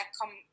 come